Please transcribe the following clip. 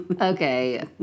Okay